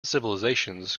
civilisations